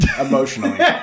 emotionally